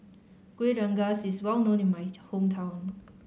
Kueh Rengas is well known in my hometown